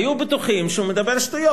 היו בטוחים שהוא מדבר שטויות.